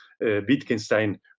Wittgenstein